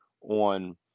on